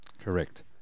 Correct